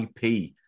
IP